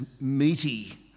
meaty